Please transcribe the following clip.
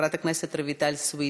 חברת הכנסת רויטל סויד,